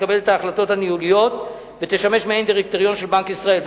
שתקבל את ההחלטות הניהוליות ותשמש מעין דירקטוריון של בנק ישראל.